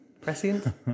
Prescient